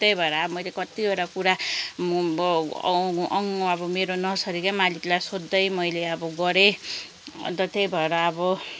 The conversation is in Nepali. त्यही भएर अब मैले कतिवटा कुरा म आउनु अब मेरो नर्सरीकै मालिकलाई सोद्धै मैले अब गरेँ अन्त त्यही भएर अब